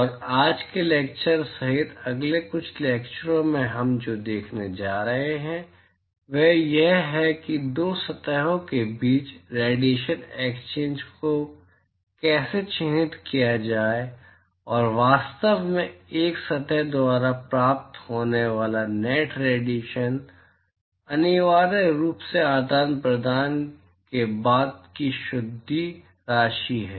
और आज के लैक्चर सहित अगले कुछ लैक्चरो में हम जो देखने जा रहे हैं वह यह है कि दो सतहों के बीच रेडिएशन एक्सचेंज को कैसे चिह्नित किया जाए और वास्तव में एक सतह द्वारा प्राप्त होने वाला नेट रेडिएशन अनिवार्य रूप से आदान प्रदान के बाद की शुद्ध राशि है